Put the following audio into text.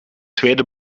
tweede